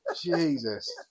Jesus